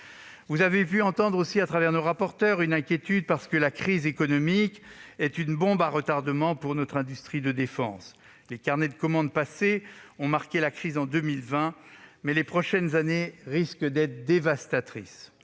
Vous avez pu entendre à travers les interventions de nos rapporteurs une inquiétude, parce que la crise économique est une bombe à retardement pour notre industrie de défense. Les carnets de commandes passés ont masqué la crise en 2020, mais les prochaines années risquent d'être dévastatrices.